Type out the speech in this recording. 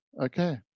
Okay